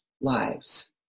lives